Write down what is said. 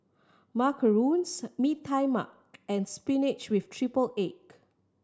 macarons Mee Tai Mak and spinach with triple egg